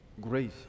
Grace